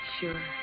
Sure